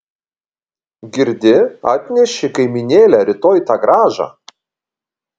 girdi atneši kaimynėle rytoj tą grąžą